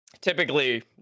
typically